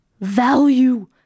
value